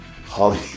Holly